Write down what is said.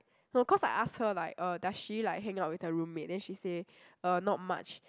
no cause I ask her like uh does she like hangout with her roommate then she say uh not much